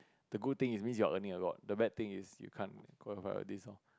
the good thing is means you are earning a lot the bad thing is you can't qualify this loh